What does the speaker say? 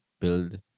build